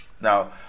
now